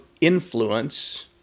influence